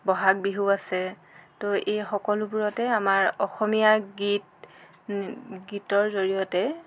ব'হাগ বিহু আছে তো এই সকলোবোৰতে আমাৰ অসমীয়া গীত গীতৰ জড়িয়তে